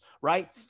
right